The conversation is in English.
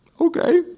okay